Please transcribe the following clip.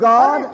God